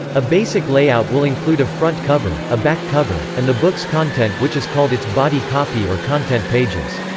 a basic layout will include a front cover, a back cover, and the book's content which is called its body copy or content pages.